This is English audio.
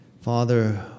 Father